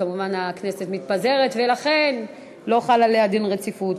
וכמובן, מכיוון שיש שתי הצעות לשתי ועדות,